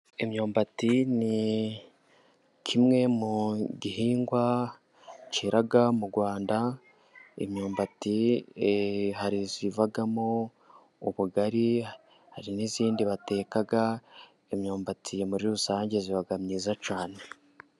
imyumbati ni kimwe mu gihingwa kera mu Rwanda . imyumbati ivamo ubugari ,hari n'izindi bateka, imyumbati muri rusange iba myiza cyane.